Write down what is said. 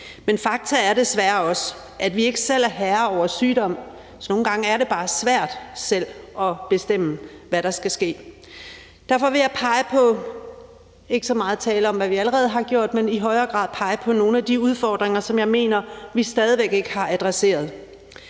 Men fakta er desværre også, at vi ikke selv er herre over sygdom, så nogle gange er det bare svært selv at bestemme, hvad der skal ske. Derfor vil jeg ikke så meget tale om, hvad vi allerede har gjort,